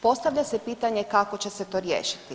Postavlja se pitanje kako će se to riješiti?